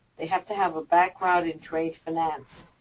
they have to have a background in trade finance.